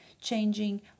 changing